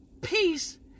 peace